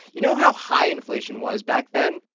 you know how high inflation was back then?